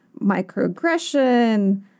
microaggression